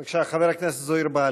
בבקשה, חבר הכנסת זוהיר בהלול.